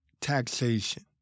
taxation